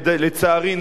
לצערי,